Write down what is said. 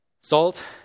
Salt